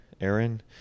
Aaron